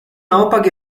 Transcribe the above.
naopak